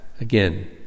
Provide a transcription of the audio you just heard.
Again